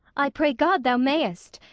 i pray god thou mayest!